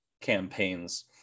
campaigns